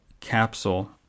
capsule